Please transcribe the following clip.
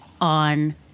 on